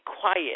quiet